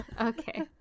okay